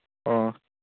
ꯑꯣ